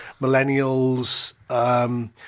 millennials